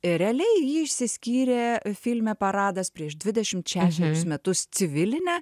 realiai ji išsiskyrė filme paradas prieš dvidešimt šešerius metus civiline